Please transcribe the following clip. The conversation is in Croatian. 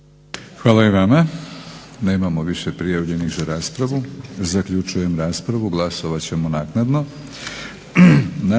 Hvala i vama. Nemamo više prijavljenih za raspravu. Zaključujem raspravu. Glasovat ćemo naknadno.